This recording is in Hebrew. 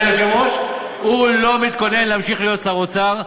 אדוני היושב-ראש: הוא לא מתכוון להמשיך להיות שר אוצר,